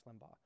Limbaugh